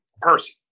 person